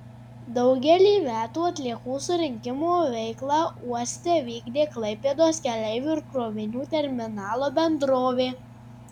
daugelį metų atliekų surinkimo veiklą uoste vykdė klaipėdos keleivių ir krovinių terminalo bendrovė